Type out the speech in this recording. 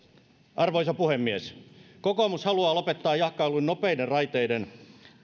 arvoisa puhemies kokoomus haluaa lopettaa jahkailun nopeiden raiteiden